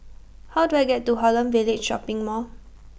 How Do I get to Holland Village Shopping Mall